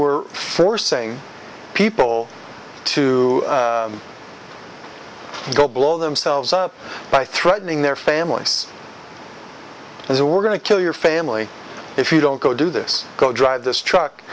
were forcing people to go blow themselves up by threatening their families and they were going to kill your family if you don't go do this go drive this truck